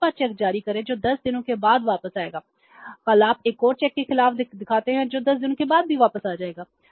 तो कृपया चेक जारी करें जो 10 दिनों के बाद वापस आएगा कल आप एक और चेक के खिलाफ दिखाते हैं जो 10 दिनों के बाद भी वापस आ जाएगा